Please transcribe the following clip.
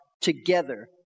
together